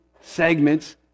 segments